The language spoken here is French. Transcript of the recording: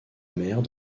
mère